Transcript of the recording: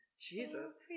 Jesus